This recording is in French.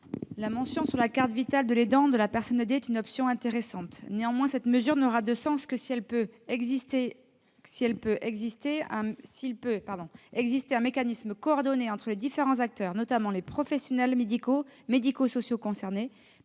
La mention sur la carte Vitale de l'aidant est une option intéressante. Néanmoins, cette mesure n'aura de sens que s'il peut exister un mécanisme coordonné entre les différents acteurs, notamment les professionnels médico-sociaux concernés,